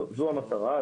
זו המטרה.